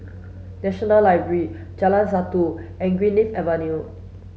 National Library Jalan Satu and Greenleaf Avenue